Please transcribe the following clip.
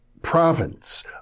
province